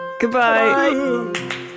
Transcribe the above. Goodbye